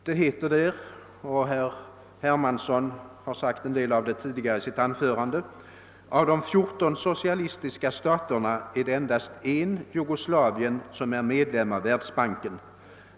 Det heter där, och herr Hermansson har sagt en del av det i sitt tidigare anförande: »Av de 14 socialistiska staterna är det endast en, Jugoslavien, som är medlem av Världsbanken.